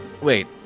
Wait